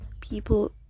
people